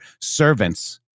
servants